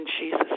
Jesus